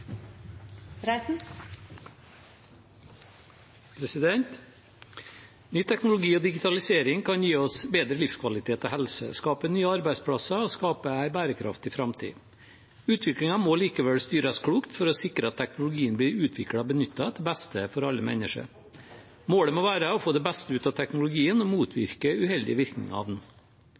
Ny teknologi og digitalisering kan gi oss bedre livskvalitet og helse, skape nye arbeidsplasser og skape en bærekraftig framtid. Utviklingen må likevel styres klokt for å sikre at teknologien blir utviklet og benyttet til beste for alle mennesker. Målet må være å få det beste ut av teknologien og motvirke uheldige virkninger av den.